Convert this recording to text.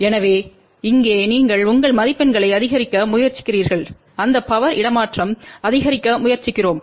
எனவே இங்கே நீங்கள் உங்கள் மதிப்பெண்களை அதிகரிக்க முயற்சிக்கிறீர்கள் அந்த பவர் இடமாற்றம் அதிகரிக்க முயற்சிக்கிறோம்